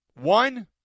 One